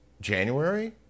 January